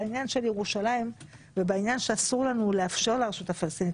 בעניין של ירושלים ובעניין שאסור לנו לאפשר לרשות הפלסטינית